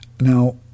Now